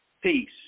Peace